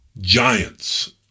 giants